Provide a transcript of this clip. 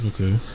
Okay